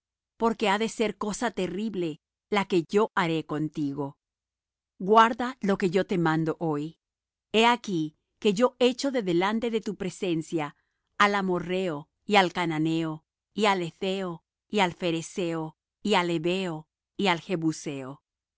porque ha de ser cosa terrible la que yo haré contigo guarda lo que yo te mando hoy he aquí que yo echo de delante de tu presencia al amorrheo y al cananeo y al hetheo y al pherezeo y al heveo y al jebuseo